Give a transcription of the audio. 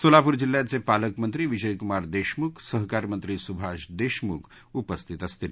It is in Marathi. सोलापूर जिल्ह्याचे पालकमंत्री विजयकूमार देशमुख सहकार मंत्री सुभाष देशमुख उपस्थित असणार आहेत